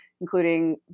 including